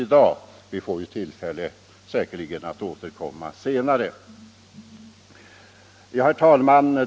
Vi får säkerligen tillfälle att återkomma senare. Herr talman!